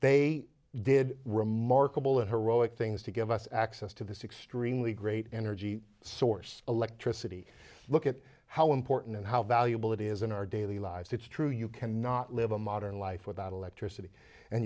they did remarkable and heroic things to give us access to this extremely great energy source electricity look at how important and how valuable it is in our daily lives it's true you cannot live a modern life without electricity and